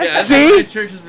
See